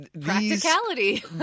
Practicality